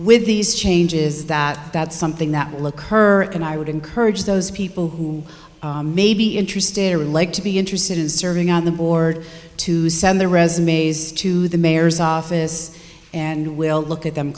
with these changes that that's something that will occur and i would encourage those people who may be interested or like to be interested in serving on the board to send their resumes to the mayor's office and we'll look at them